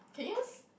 can you